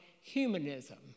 humanism